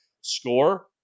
score